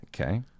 okay